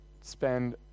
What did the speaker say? spend